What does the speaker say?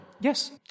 Yes